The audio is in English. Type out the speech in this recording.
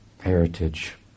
Heritage